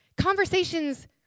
Conversations